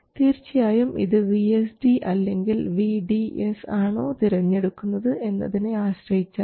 തീർച്ചയായും ഇത് vSD അല്ലെങ്കിൽ vDS ആണോ തിരഞ്ഞെടുക്കുന്നത് എന്നതിനെ ആശ്രയിച്ചല്ല